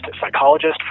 psychologist